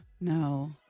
No